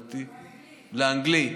לאנגלי.